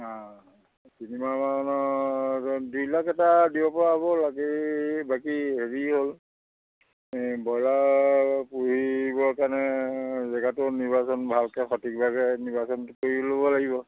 অ' তিনিমাহমানৰ দুই লাখ এটা দিব পৰা হ'ব লাগে বাকী হেৰি হ'ল ব্ৰইলাৰ পুহিবৰ কাৰণে জেগাটো নিৰ্বাচন ভালকৈ সঠিকভাৱে নিৰ্বাচনটো কৰি ল'ব লাগিব